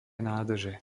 nádrže